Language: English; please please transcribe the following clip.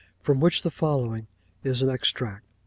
from which the following is an extract.